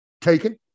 taken